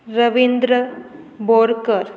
Ravindra Borkar